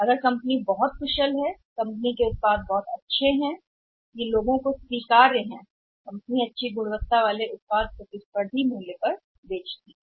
अगर कंपनी बहुत कुशल है कंपनी का उत्पाद बहुत अच्छा है यह कंपनी के साथ एक गुणवत्ता बेचने वाले लोगों के लिए स्वीकार्य है उत्पाद और बहुत प्रतिस्पर्धी मूल्य पर कहते हैं